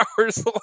hours